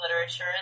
literature